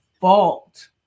fault